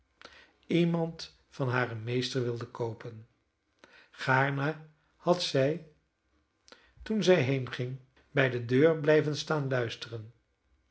iemand van haren meester wilde koopen gaarne had zij toen zij heenging bij de deur blijven staan luisteren